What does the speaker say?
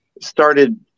started